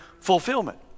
fulfillment